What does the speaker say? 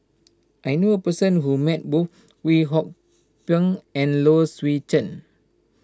I knew a person who met both Kwek Hong Png and Low Swee Chen